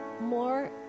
more